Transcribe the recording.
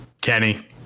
kenny